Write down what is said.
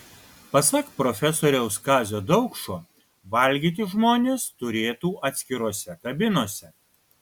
pasak profesoriaus kazio daukšo valgyti žmonės turėtų atskirose kabinose